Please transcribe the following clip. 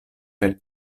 per